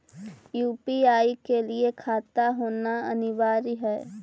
UPI के लिए खाता होना अनिवार्य है?